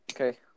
Okay